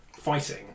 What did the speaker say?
fighting